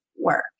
work